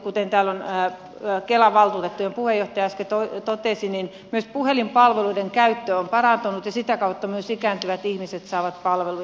kuten täällä kelan valtuutettujen puheenjohtaja äsken totesi niin myös puhelinpalveluiden käyttö on parantunut ja sitä kautta myös ikääntyvät ihmiset saavat palveluja